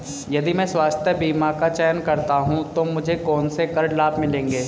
यदि मैं स्वास्थ्य बीमा का चयन करता हूँ तो मुझे कौन से कर लाभ मिलेंगे?